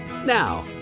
Now